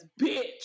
bitch